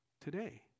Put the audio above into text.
today